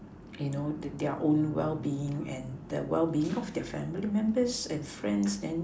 you know the their own well being and the well being of their family members and friends then